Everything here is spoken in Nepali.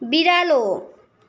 बिरालो